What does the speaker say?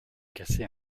cassé